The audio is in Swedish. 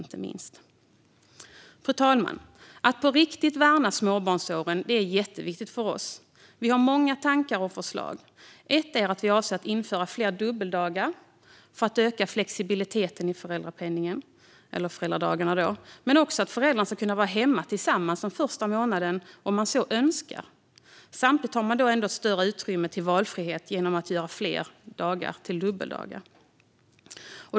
Fru talman! Att på riktigt värna småbarnsåren är jätteviktigt för oss. Vi har många tankar och förslag. Ett förslag är att införa fler dubbeldagar för att öka flexibiliteten i uttaget av föräldradagarna men också för att föräldrarna ska kunna vara hemma tillsammans den första månaden, om de så önskar. Samtidigt ger det en större valfrihet om man gör fler dagar till dubbeldagar.